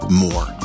more